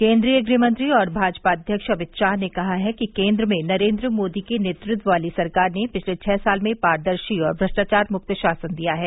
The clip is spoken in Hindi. केन्द्रीय गृहमंत्री और भाजपा अध्यक्ष अमित शाह ने कहा है कि केन्द्र में नरेन्द्र मोदी के नेतृत्व वाली सरकार ने पिछले छह साल में पारदर्शी और भ्रष्टाचार मुक्त शासन दिया है